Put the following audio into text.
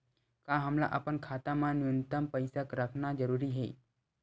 का हमला अपन खाता मा न्यूनतम पईसा रखना जरूरी हे?